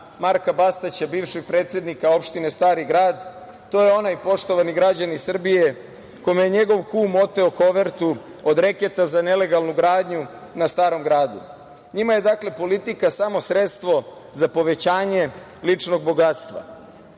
Marka Bastaća, bivšeg predsednika opštine Stari Grad, to je onaj poštovani građani Srbije, kome je njegov kum oteo kovertu od reketa za nelegalnu gradnju na Starom Gradu. Njima je, dakle, politika samo sredstvo za povećanje ličnog bogatstva. Godine